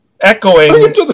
echoing